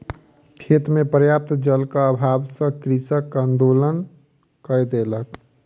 खेत मे पर्याप्त जलक अभाव सॅ कृषक आंदोलन कय देलक